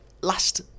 last